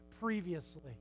previously